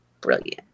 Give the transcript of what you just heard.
Brilliant